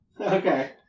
Okay